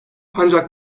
ancak